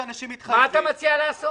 נכה שעובד.